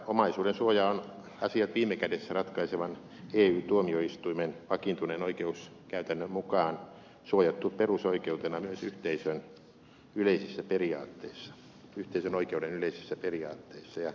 omaisuuden suoja on asiat viime kädessä ratkaisevan ey tuomioistuimen vakiintuneen oikeuskäytännön mukaan suojattu perusoikeutena myös yhteisön oikeuden yleisissä periaatteissa